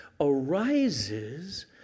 arises